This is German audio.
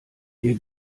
ihr